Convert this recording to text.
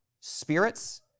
spirits